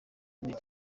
inteko